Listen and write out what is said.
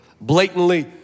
blatantly